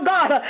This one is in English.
God